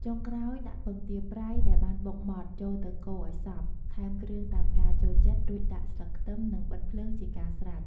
ចុងក្រោយ ដាក់ពងទាប្រៃដែលបានបុកម៉ដ្ឋ ចូលទៅកូរឱ្យសព្វ ថែមគ្រឿងតាមការចូលចិត្ត រួចដាក់ស្លឹកខ្ទឹម និងបិទភ្លើងជាការស្រេច។